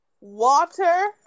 water